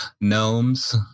gnomes